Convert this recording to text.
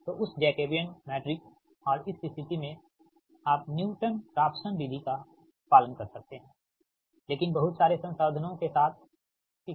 तो उस Jacobian matrix और इस स्थिति मेंआप न्यू टन राफसन विधि का पालन कर सकते हैं लेकिन बहुत सारे संशोधनों के साथ ठीक